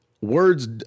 words